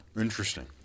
Interesting